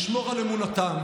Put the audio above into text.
לשמור על אמונתם,